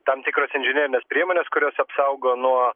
tam tikros inžinerinės priemonės kurios apsaugo nuo